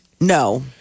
No